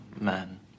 man